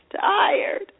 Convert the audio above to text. tired